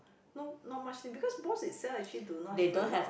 no not much things because actually Bosch itself actually do not have a lot